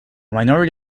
minority